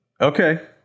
Okay